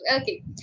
okay